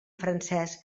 francés